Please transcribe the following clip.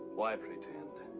why pretend.